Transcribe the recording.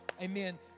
Amen